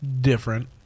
different